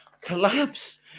collapse